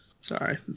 Sorry